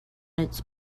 its